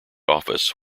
office